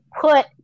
put